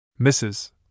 Mrs